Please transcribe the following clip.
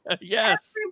yes